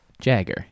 Jagger